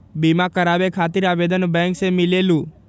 बिमा कराबे खातीर आवेदन बैंक से मिलेलु?